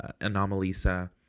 Anomalisa